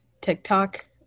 tiktok